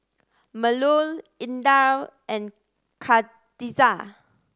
Melur Indra and Khadija